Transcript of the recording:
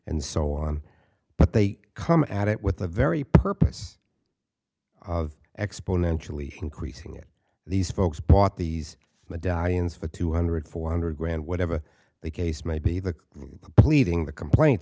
and so on but they come at it with the very purpose of exponentially increasing it these folks bought these medallions for two hundred four hundred grand whatever the case may be the pleading the complaint